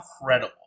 incredible